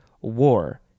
war